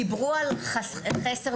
מותר רק הערה אחת כי דיברו על חסר במטפלים.